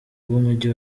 bw’umujyi